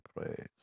praise